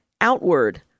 Outward